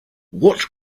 watch